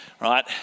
right